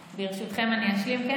ברשותכם, אשלים.